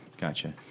Gotcha